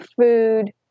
food